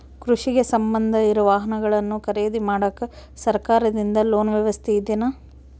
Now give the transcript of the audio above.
ಕೃಷಿಗೆ ಸಂಬಂಧ ಇರೊ ವಾಹನಗಳನ್ನು ಖರೇದಿ ಮಾಡಾಕ ಸರಕಾರದಿಂದ ಲೋನ್ ವ್ಯವಸ್ಥೆ ಇದೆನಾ?